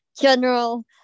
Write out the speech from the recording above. general